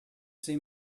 see